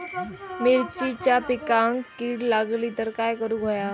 मिरचीच्या पिकांक कीड लागली तर काय करुक होया?